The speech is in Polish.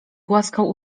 głaskał